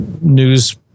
news